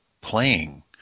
playing